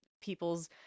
people's